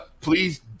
please